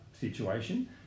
situation